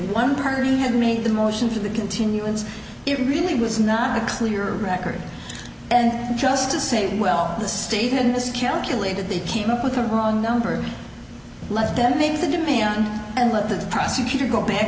one person had made the motion for the continuance it really was not a clear record and just to say well the statement miscalculated they came up with a wrong number let them make the demand and let the prosecutor go back